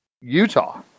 Utah